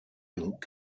donc